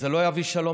זה לא יביא שלום,